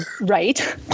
Right